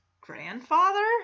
grandfather